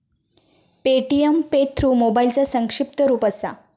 Paytm pay through मोबाईलचा संक्षिप्त रूप असा